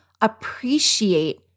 appreciate